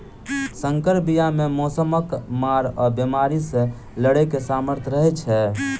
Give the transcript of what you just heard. सँकर बीया मे मौसमक मार आ बेमारी सँ लड़ैक सामर्थ रहै छै